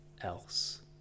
else